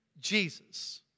Jesus